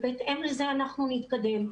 בהתאם לזה אנחנו נתקדם,